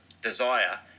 desire